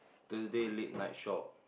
Thursday late night shop